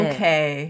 Okay